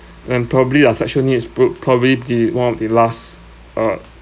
and probably our sexual needs would probably be one of the last uh